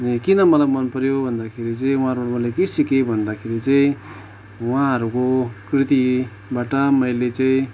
अनि किन मलाई मनपऱ्यो भन्दाखेरि चाहिँ उहाँहरूले बेसी के भन्दाखेरि चाहिँ उहाँहरूको कृतिबाट मैले चाहिँ